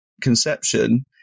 Conception